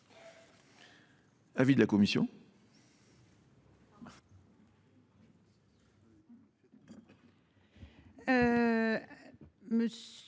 l’avis de la commission ?